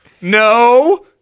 no